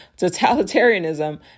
Totalitarianism